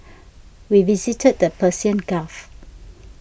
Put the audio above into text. we visited the Persian Gulf